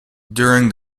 during